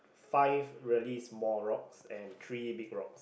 five really small rocks and three big rocks